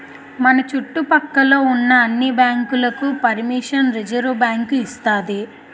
మన చుట్టు పక్క లో ఉన్న అన్ని బ్యాంకులకు పరిమిషన్ రిజర్వుబ్యాంకు ఇస్తాది